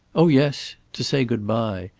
oh yes to say good-bye.